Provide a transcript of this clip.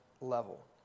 level